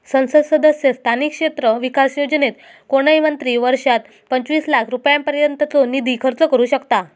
संसद सदस्य स्थानिक क्षेत्र विकास योजनेत कोणय मंत्री वर्षात पंचवीस लाख रुपयांपर्यंतचो निधी खर्च करू शकतां